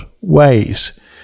ways